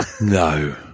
No